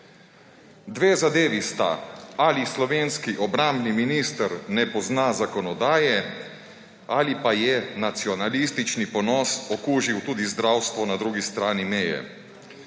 Dve zadevi sta. Ali slovenski obrambni minister ne pozna zakonodaje, ali pa je nacionalistični ponos okužil tudi zdravstvo na drugi strani meje.«